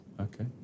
Okay